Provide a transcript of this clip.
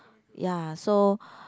ya so